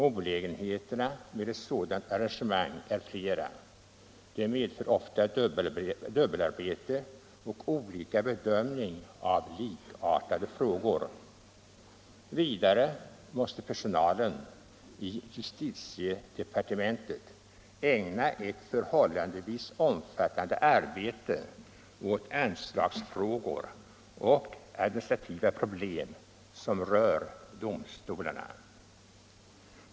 Olägenheterna med ett sådant arrangemang är flera. Det medför ofta dubbelarbete och olika bedömning av likartade frågor. Vidare måste personalen i justitiedepartementet ägna ett förhållandevis omfattande arbete åt anslagsfrågor och administrativa problem som rör domstolarna.